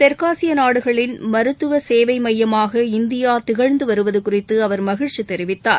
தெற்காசிய நாடுகளின் மருத்துவ சேவை மையமாக இந்தியா திகழ்ந்து வருவது குறித்து அவர் மகிழ்ச்சி தெரிவித்தார்